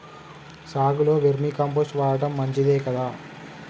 సాగులో vermicompost వాడటం మంచిదే కదా?